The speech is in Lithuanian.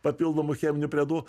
papildomų cheminių priedų